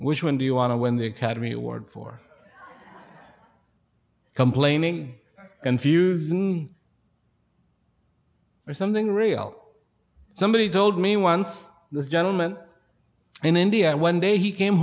which one do you want to win the academy award for complaining and few there's something real somebody told me once this gentleman in india one day he came